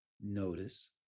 Notice